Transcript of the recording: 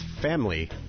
family